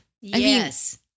Yes